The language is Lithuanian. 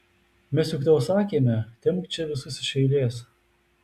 mes juk tau sakėme tempk čia visus iš eilės